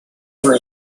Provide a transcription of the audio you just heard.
for